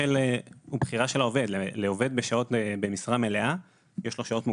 לעובד במשרה מלאה יש שעות מוגדרות,